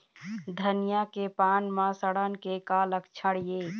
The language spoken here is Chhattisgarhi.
धनिया के पान म सड़न के का लक्षण ये?